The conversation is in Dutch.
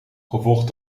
gevolgd